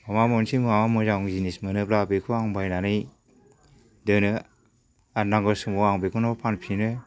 माबा मोनसे माबा मोजां जिनिस मोनोब्ला बेखौ आं बायनानै दोनो आरो नांगौ समाव आं बेखौनो फानफिनो